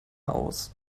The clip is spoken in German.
aus